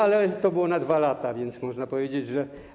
Ale to było na 2 lata, więc można powiedzieć, że.